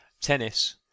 tennis